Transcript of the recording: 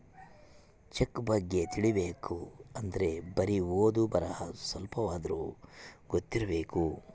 check ಬಗ್ಗೆ ತಿಲಿಬೇಕ್ ಅಂದ್ರೆ ಬರಿ ಓದು ಬರಹ ಸ್ವಲ್ಪಾದ್ರೂ ಗೊತ್ತಿರಬೇಕು